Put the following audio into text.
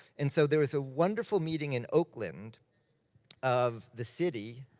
and so there was a wonderful meeting in oakland of the city,